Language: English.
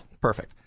perfect